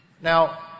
Now